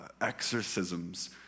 exorcisms